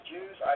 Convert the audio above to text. Jews